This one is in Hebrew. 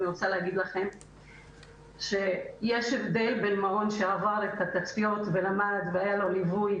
אני רוצה לומר לכם שיש הבדל בין מעון שלמד והיה לו ליווי